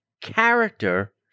character